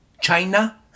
China